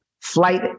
flight